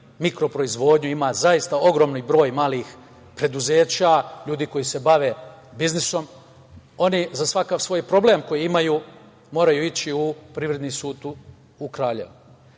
mikro proizvodnju, ima zaista ogroman broj malih preduzeća. Ljudi koji se bave biznisom oni za svaki svoj problem koji imaju moraju ići u Privredni sud u